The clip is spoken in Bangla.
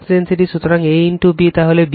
সুতরাং A B তাহলে B Fm l সুতরাং Fm l